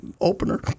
opener